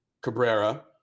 Cabrera